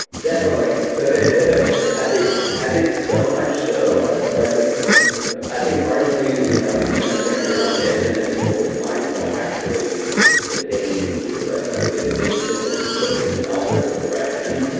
definitely. so i think i think so much so, i but like but i think originally, you know you kind of scratch your own itch and then people defined what actually the thing can do, right? i think it's been definitely pushed in all sorts of direction.